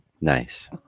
Nice